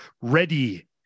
ready